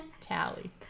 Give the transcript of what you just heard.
Tally